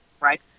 right